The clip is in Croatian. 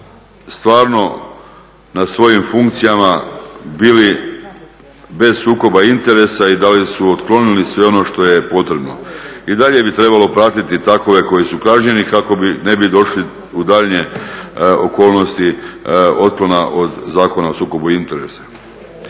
stvarno na svojim funkcijama bili bez sukoba interesa i da li su otklonili sve ono što je potrebno. I dalje bi trebalo pratiti takve koji su kažnjeni kako ne bi došli u daljnje okolnosti otklona od Zakona o sukobu interesa.